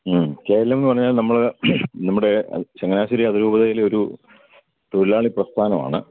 ഉം K L എമ്മെന്ന് പറഞ്ഞാൽ നമ്മള് നമ്മുടെ ചങ്ങനാശ്ശേരി അതിരൂപതയിലെയൊരു തൊഴിലാളി പ്രസ്ഥാനമാണ്